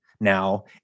now